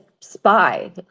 SPY